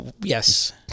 Yes